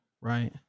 right